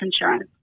insurance